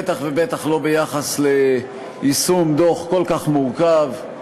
בטח ובטח ביחס ליישום דוח כל כך מורכב,